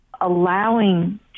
allowing